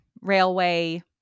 railway